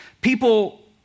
People